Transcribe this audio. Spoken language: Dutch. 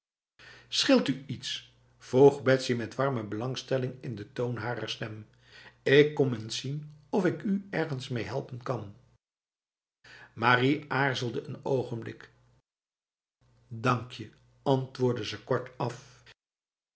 scheelt u iets vroeg betsy met warme belangstelling in de toon harer stem ik kom eens zien of ik u ergens mee helpen kan marie aarzelde een ogenblik dank je antwoordde zij kortaf